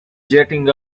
jetting